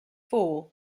four